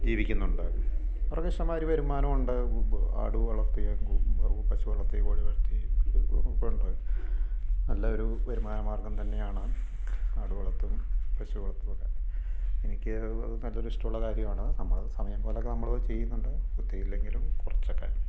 ജീവിക്കുന്നുണ്ട് അവർക്ക് ഇഷ്ടം മാതിരി വരുമാനം ഉണ്ട് ആട് വളർത്തിയും പശു വളർത്തി കോഴി വളത്തി നല്ലൊരു വരുമാന മാർഗ്ഗം തന്നെയാണ് ആട് വളർത്തും പശു വളർത്തും ഒക്കെ എനിക്ക് നല്ലൊരു ഇഷ്ടം ഉള്ള കാര്യമാണ് നമ്മൾ സമയം പോലൊക്കെ നമ്മൾ ചെയ്യുന്നുണ്ട് ഒത്തിരി ഇല്ലെങ്കിലും കുറച്ചൊക്കെ